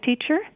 teacher